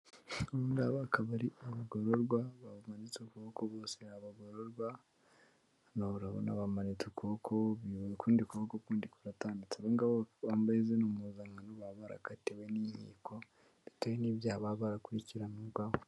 Aba ngaba akaba ari abagororwa bamanitse ukubo bose, aba bagororwa nawe urabona bamanitse ukuboko ukundi kuboko kundi kuratambitse. Aba ngaba bambaye zino mupuzankano baba barakatiwe n'inkiko, bitewe n'ibyaha baba barakurikiranwagaho.